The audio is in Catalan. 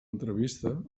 entrevista